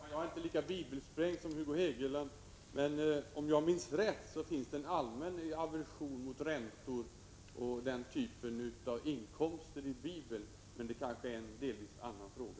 Herr talman! Jag är inte lika bibelsprängd som Hugo Hegeland. Men om jag minns rätt finns det en allmän aversion mot räntor och den typen av inkomster i Bibeln. Men det kanske är en delvis annan fråga.